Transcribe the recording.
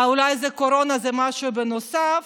אולי קורונה זה משהו בנוסף?